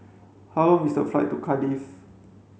how long is the flight to Cardiff